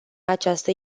această